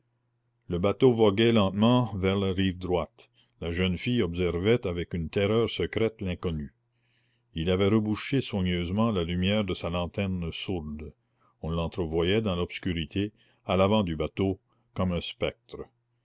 le bateau voguait lentement vers la rive droite la jeune fille observait avec une terreur secrète l'inconnu il avait rebouché soigneusement la lumière de sa lanterne sourde on l'entrevoyait dans l'obscurité à l'avant du bateau comme un spectre